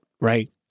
Right